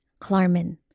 Klarman